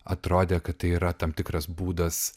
atrodė kad tai yra tam tikras būdas